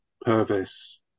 Purvis